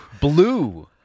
Blue